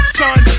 son